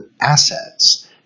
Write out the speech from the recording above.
assets